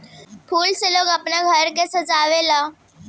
फूल से लोग आपन घर के सजावे ला